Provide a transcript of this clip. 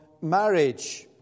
marriage